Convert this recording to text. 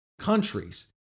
countries